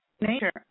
nature